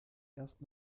erst